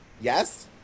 Yes